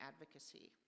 advocacy